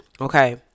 okay